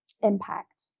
impact